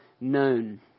known